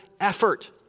effort